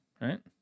right